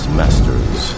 masters